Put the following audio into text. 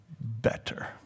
better